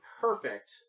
perfect